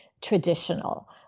traditional